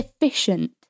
efficient